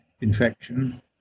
infection